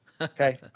okay